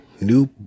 new